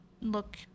look